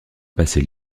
passé